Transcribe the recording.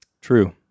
True